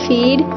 Feed